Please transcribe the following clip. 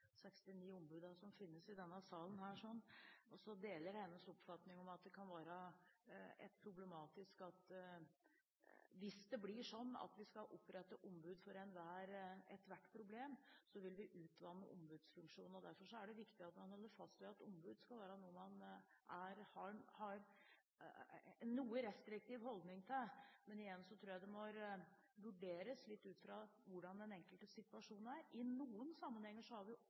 som finnes i denne salen. Jeg deler hennes oppfatning om at det kan være problematisk hvis det blir slik at vi skal opprette ombud for ethvert problem. Da vil vi utvanne ombudsfunksjonen. Derfor er det viktig at man holder fast ved at ombud skal være noe man har en noe restriktiv holdning til. Men igjen tror jeg det må vurderes litt ut fra hvordan den enkelte situasjonen er. I noen sammenhenger har vi